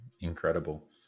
Incredible